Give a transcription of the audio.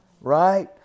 right